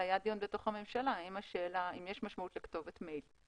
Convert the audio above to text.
היה דיון בתוך הממשלה אם יש משמעות לכתובת מייל.